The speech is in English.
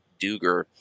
Duger